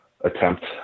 attempt